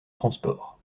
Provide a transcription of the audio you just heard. transport